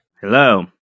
Hello